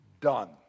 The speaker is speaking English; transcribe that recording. done